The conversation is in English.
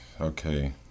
Okay